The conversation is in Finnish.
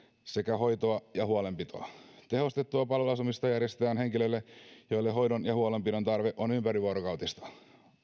sekä hoitoa ja huolenpitoa tehostettua palveluasumista järjestetään henkilöille joilla hoidon ja huolenpidon tarve on ympärivuorokautista